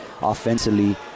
offensively